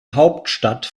hauptstadt